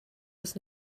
des